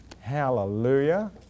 Hallelujah